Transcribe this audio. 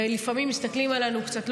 ולפעמים מסתכלים עלינו קצת,